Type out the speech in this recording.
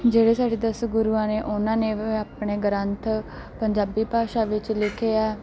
ਜਿਹੜੇ ਸਾਡੇ ਦਸ ਗੁਰੂਆਂ ਨੇ ਉਹਨਾਂ ਨੇ ਆਪਣੇ ਗ੍ਰੰਥ ਪੰਜਾਬੀ ਭਾਸ਼ਾ ਵਿੱਚ ਲਿਖੇ ਆ